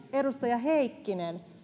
edustaja heikkinen